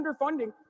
underfunding